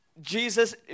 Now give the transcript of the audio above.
Jesus